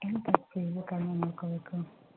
ಎಂತಕ್ಕೆ ಕಡಿಮೆ ಮಾಡ್ಕೊಬೇಕು